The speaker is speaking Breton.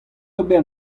ober